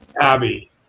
Abby